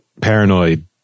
paranoid